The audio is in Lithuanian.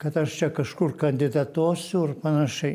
kad aš čia kažkur kandidatuosiu ir panašiai